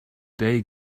they